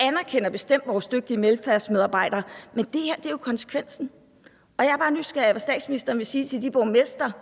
anerkender bestemt vores dygtige velfærdsmedarbejdere, men det her er jo konsekvensen. Og jeg er bare nysgerrig på, hvad statsministeren vil sige til de borgmestre og